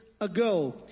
ago